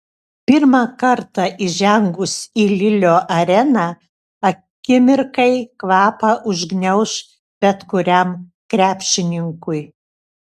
pirmą kartą įžengus į lilio areną akimirkai kvapą užgniauš bet kuriam krepšininkui